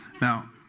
Now